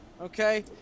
Okay